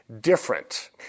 different